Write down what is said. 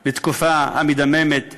לתקופה המדממת שעברה,